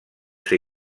ser